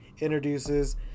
introduces